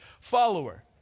follower